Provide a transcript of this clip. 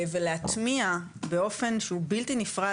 ולהטמיע באופן שהוא בלתי נפרד,